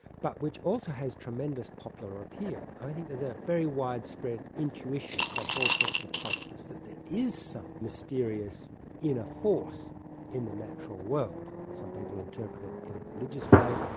but which also has tremendous popular appeal. i think there's a very widespread intuition across all sorts of cultures, that there is some mysterious inner force in the natural world. some people interpret it in a religious way,